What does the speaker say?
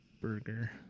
burger